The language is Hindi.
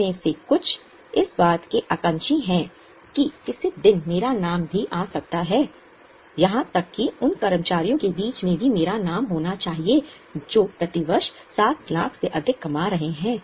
आप में से कुछ इस बात के आकांक्षी हैं कि किसी दिन मेरा नाम भी आ सकता है यहां तक कि उन कर्मचारियों के बीच भी मेरा नाम होना चाहिए जो प्रति वर्ष 60 लाख से अधिक कमा रहे हैं